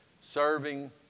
serving